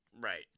Right